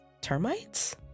termites